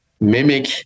mimic